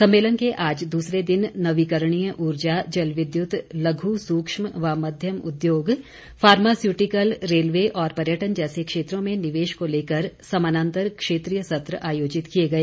सम्मेलन के आज दूसरे दिन नवीकरणीय ऊर्जा जल विद्युत लघु सूक्ष्म व मध्यम उद्योग फार्मास्यूटिकल रेलवे और पर्यटन जैसे क्षेत्रों में निवेश को लेकर समानांतर क्षेत्रीय सत्र आयोजित किए गए